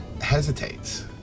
hesitates